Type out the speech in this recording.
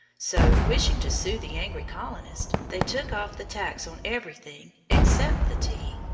so, wishing to soothe the angry colonists, they took off the tax on everything except the tea.